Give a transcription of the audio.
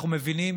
אנחנו מבינים